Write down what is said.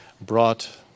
brought